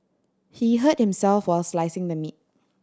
he hurt himself while slicing the meat